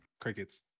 Crickets